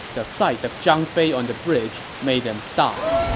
the sight of zhang fei on the bridge made them stop.